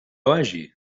vagi